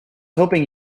hoping